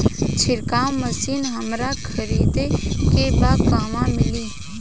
छिरकाव मशिन हमरा खरीदे के बा कहवा मिली?